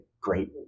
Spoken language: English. great